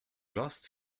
lost